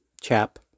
chap